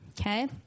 Okay